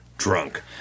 drunk